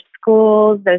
schools